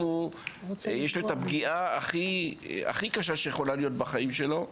יש את הפגיעה הכי קשה שיכולה להיות בחיים שלו.